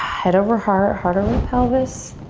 head over heart, heart over pelvis.